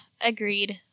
agreed